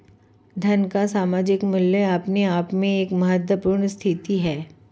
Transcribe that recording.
धन का सामयिक मूल्य अपने आप में एक महत्वपूर्ण स्थिति है